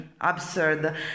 absurd